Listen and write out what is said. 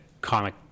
comic